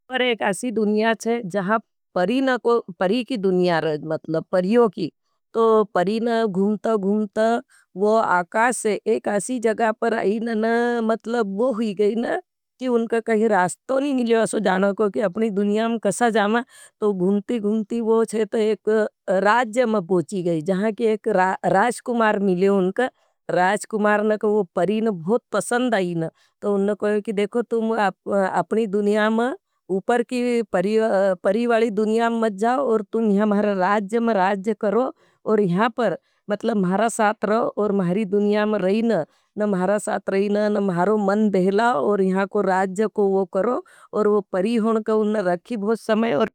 परे एक अशी दुनिया चे जहा परी नाको पड़ी की दुनिया रज। मतलब परियों की। तो परिणा घुमाता घूमता वो आकाश से एक ऐसी जगह पर आयी ना ना ना। मतलब वो हुई गई ना। की उनका कहीं रास्तो नी मिलियो सो जानो को। की अपनी दुनिया में कसा जावे। तो घूमती घूमती वो एक राज्य में पहुची गई। जहाँ की एक राजकुमार मिले। उनका राजकुमार का परी बहुत पसंद आई ऐन। टी उनने कही की देखो तुम अब अपनी दुनिया माँ ऊपर की पड़ी वाली दुनिया माँ मत जाओ। तुम हमारा राज्य माँ राज्य करो। और यहाँ पर मतलब हमारा साथ रहो। और म्हारी दुनिया माँ रहीं। न म्हारी साथ रहीं ना। म्हारो मन बहिलाओ। और यहाँ राज्य को वो करो। और वो परी हों को रखो खूब समय।